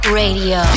radio